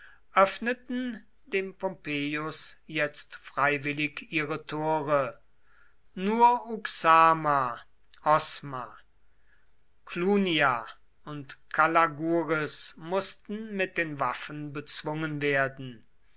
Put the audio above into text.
öffneten dem pompeius jetzt freiwillig ihre tore nur uxama osma clunia und calagurris mußten mit den waffen bezwungen werden